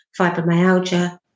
fibromyalgia